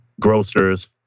Grocers